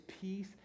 peace